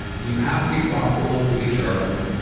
you have to be profitable to be charitable.